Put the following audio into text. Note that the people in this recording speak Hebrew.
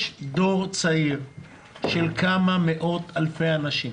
יש דור צעיר של כמה מאות אלפי אנשים